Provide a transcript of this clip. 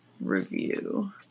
review